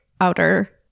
outer